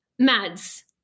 Mads